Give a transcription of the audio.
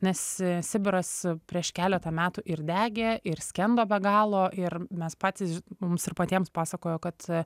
nes sibiras prieš keletą metų ir degė ir skendo be galo ir mes patys mums ir patiems pasakojo kad